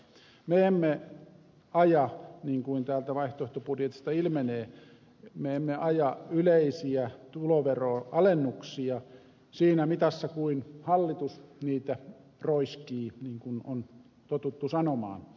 me emme aja niin kuin täältä vaihtoehtobudjetista ilmenee yleisiä tuloveronalennuksia siinä mitassa kuin hallitus niitä roiskii niin kuin on totuttu sanomaan